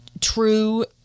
true